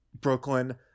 Brooklyn